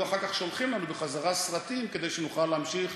והיו אחר כך שולחים לנו בחזרה סרטים כדי שנוכל להמשיך